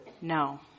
no